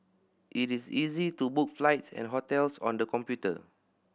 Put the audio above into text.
it is easy to book flights and hotels on the computer